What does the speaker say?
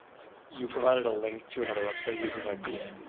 like you provided a link to another website, using like the ah